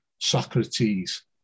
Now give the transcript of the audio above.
Socrates